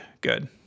good